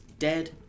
Dead